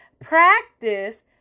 practice